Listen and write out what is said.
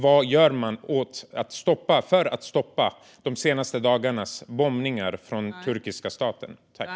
Vad gör man för att stoppa de senaste dagarnas bombningar från turkiska statens sida?